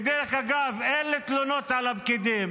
ודרך אגב, אין לי תלונות על הפקידים.